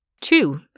Two